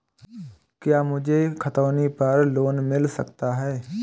क्या मुझे खतौनी पर लोन मिल सकता है?